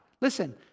Listen